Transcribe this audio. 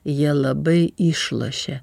jie labai išlošia